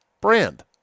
brand